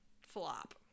flop